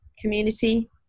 community